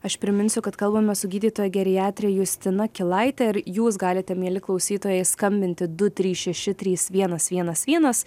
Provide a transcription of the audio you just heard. aš priminsiu kad kalbame su gydytoja geriatre justina kilaite ir jūs galite mieli klausytojai skambinti du trys šeši trys vienas vienas vienas